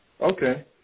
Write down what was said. Okay